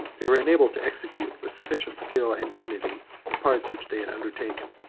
they were enabled to execute, with sufficient skill and dignity, the parts which they had undertaken.